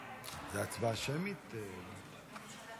הציעה: לימודים אקדמיים בהפרדה.